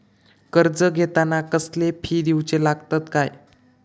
कर्ज घेताना कसले फी दिऊचे लागतत काय?